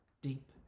deep